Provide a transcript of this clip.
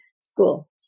school